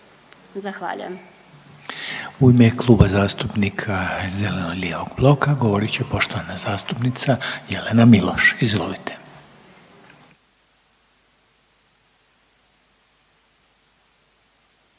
(HDZ)** U ime Kluba zastupnika zeleno-lijevog bloka govorit će poštovana zastupnica Jelena Miloš. Izvolite.